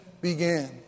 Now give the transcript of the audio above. began